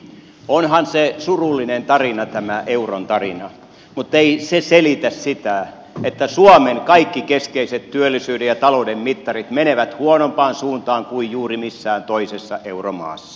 onhan se surullinen tarina tämä euron tarina muttei se selitä sitä että suomen kaikki keskeiset työllisyyden ja talouden mittarit menevät huonompaan suuntaan kuin juuri missään toisessa euromaassa